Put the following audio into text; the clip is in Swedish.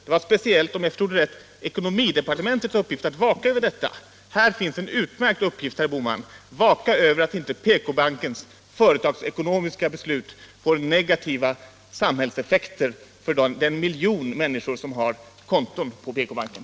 Det var, om jag förstod herr Bohman rätt, speciellt ekonomidepartementets uppgift att vaka över detta. Här finns en utmärkt uppgift, herr Bohman. Vaka över att PK-bankens företagsekonomiska beslut inte får negativa samhällseffekter för den miljon människor som har konton på PK-banken!